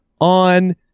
on